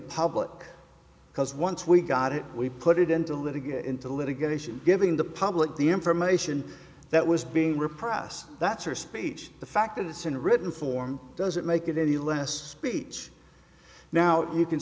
public because once we got it we put it into litigate into litigation giving the public the information that was being repressed that's her speech the fact that it's in written form doesn't make it any less speech now you can